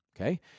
Okay